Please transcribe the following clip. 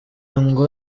ngo